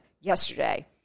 yesterday